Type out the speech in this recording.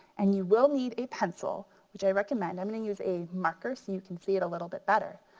and you will need a pencil which i recommend. i'm gonna use a marker so you can see it a little bit better.